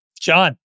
John